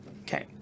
Okay